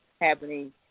happening